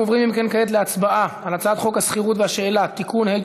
אנחנו עוברים כעת להצבעה על הצעת חוק השכירות והשאילה (תיקון),